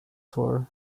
tour